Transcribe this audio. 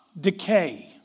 decay